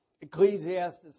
Ecclesiastes